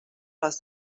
les